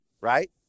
right